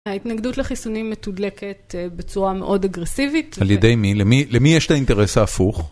ההתנגדות לחיסונים מתודלקת בצורה מאוד אגרסיבית. על ידי מי? למי יש את האינטרס ההפוך?